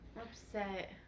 Upset